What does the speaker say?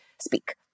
speak